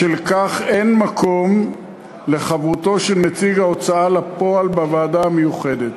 בשל כך אין מקום לחברותו של נציג ההוצאה לפועל בוועדה המיוחדת.